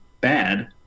bad